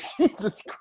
jesus